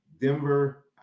Denver